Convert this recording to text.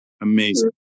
amazing